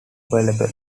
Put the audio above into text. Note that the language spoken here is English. available